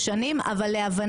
זה עוד חוק